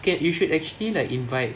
kan you should actually like invite